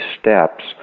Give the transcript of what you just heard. steps